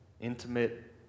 intimate